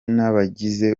n’abagize